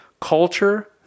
culture